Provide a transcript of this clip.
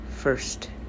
First